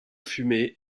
fumée